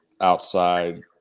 outside